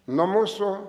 nuo mūsų